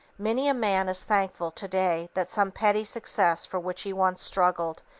many a man is thankful to-day that some petty success for which he once struggled,